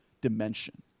dimension